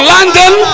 London